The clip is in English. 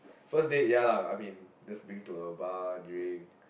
first day ya lah I mean just bring to a bar during